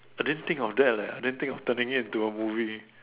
I didn't think of that lah I didn't think of turning it to a movie